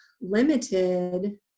limited